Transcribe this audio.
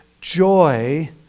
joy